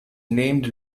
named